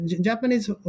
Japanese